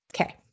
Okay